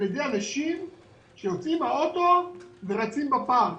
על-ידי אנשים שיוצאים מהאוטו ורצים בפארק.